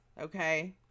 okay